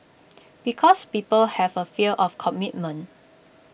because people have A fear of commitment